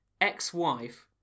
ex-wife